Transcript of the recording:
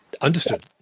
understood